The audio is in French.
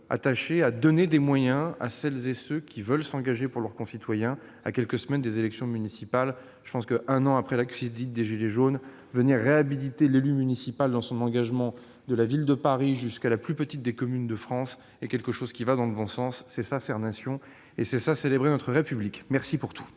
donner des moyens à celles et ceux qui veulent s'engager pour leurs concitoyens à quelques semaines des élections municipales. Un an après la crise dite des « gilets jaunes », voir réhabilité l'élu municipal dans son engagement, de la Ville de Paris jusqu'à la plus petite des communes de France, est quelque chose qui va dans le bon sens. C'est ça, faire Nation ! C'est ça, célébrer notre République ! La parole